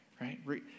right